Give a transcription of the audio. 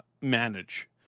manage